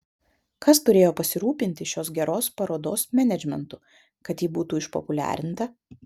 kas turėjo pasirūpinti šios geros parodos menedžmentu kad ji būtų išpopuliarinta